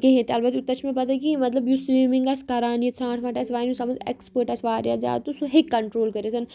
کہیٖنٛۍ اَلبتہٕ یوٗتاہ چھُ مےٚ پَتہٕ کہِ مطلب یُس سوٗمِنٛگ آسہِ کَران یہِ ژھانٛٹھ وانٹھ آسہِ وایان یُس اَتھ منٛز ایکٕسپٲرٹ آسہِ واریاہ زیادٕ تہٕ سُہ ہیٚکہِ کَنٛٹرول کٔرِتھ